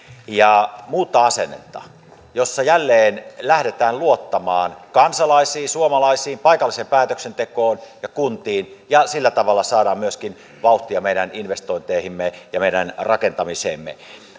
ja muuttaa asennetta niin että jälleen lähdetään luottamaan kansalaisiin suomalaisiin paikalliseen päätöksentekoon ja kuntiin ja sillä tavalla saadaan myöskin vauhtia meidän investointeihimme ja meidän rakentamiseemme